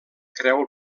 creu